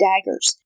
daggers